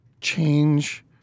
change